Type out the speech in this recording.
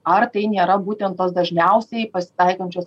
ar tai nėra būtent tos dažniausiai pasitaikančios